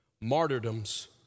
Martyrdoms